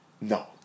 No